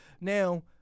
Now